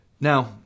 Now